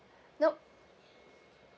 nope